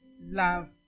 Love